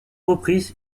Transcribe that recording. reprises